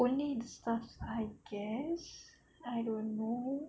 only the staff I guess I don't know